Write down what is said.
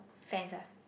Fanta